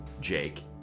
Jake